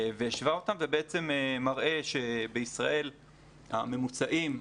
והשווה אותם ובעצם מראה שבישראל ההישגים,